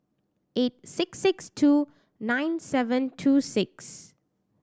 eight six six two nine seven two six